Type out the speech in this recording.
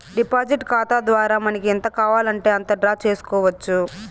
deposit ఖాతా ద్వారా మనకి ఎంత కావాలంటే అంత డ్రా చేసుకోవచ్చు